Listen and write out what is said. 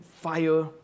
fire